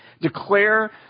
declare